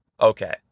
okay